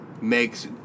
makes